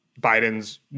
Biden's